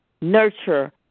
Nurture